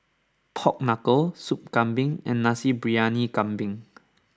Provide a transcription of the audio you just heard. Pork Knuckle Sup Kambing and Nasi Briyani Kambing